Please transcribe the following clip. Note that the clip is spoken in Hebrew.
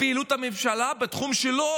לפעילות הממשלה בתחום שלו,